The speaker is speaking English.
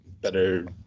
better